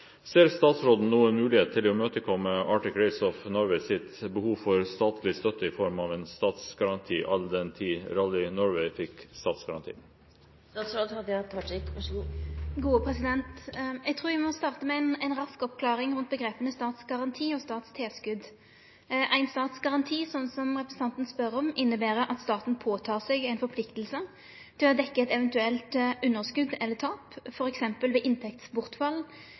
Ser statsråden noen mulighet til å imøtekomme Arctic Race of Norway sitt behov for statlig støtte i form av statsgaranti, all den tid Rally Norway fikk statsgaranti?» Eg trur eg må starte med ei rask oppklaring rundt omgrepa «statsgaranti» og «statstilskot» Ein statsgaranti, som representanten spør om, inneber at staten forpliktar seg til å dekke eit eventuelt underskot eller tap, f.eks. ved inntektsbortfall